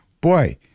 Boy